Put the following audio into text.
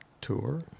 tour